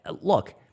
Look